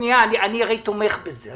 אני תומך בזה.